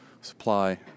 supply